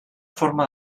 forma